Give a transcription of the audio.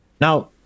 Now